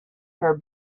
her